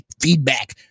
feedback